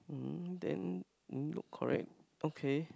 um then milk correct okay